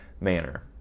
manner